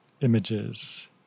images